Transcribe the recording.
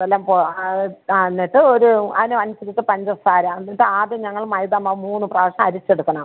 വല്ലപ്പോൾ ആ ആ എന്നിട്ട് ഒരു അന് അഞ്ച് ലിറ്റർ പഞ്ചസാര എന്നിട്ട് ആദ്യം ഞങ്ങൾ മൈദ മാവ് മൂന്ന് പ്രാവശ്യം അരിച്ചെടുക്കണം